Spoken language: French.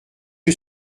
que